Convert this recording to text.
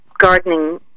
gardening